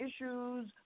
issues